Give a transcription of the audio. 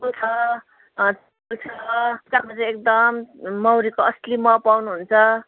मौरीको असली मह पाउनुहुन्छ